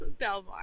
Belmar